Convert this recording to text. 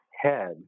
head